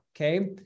Okay